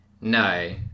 No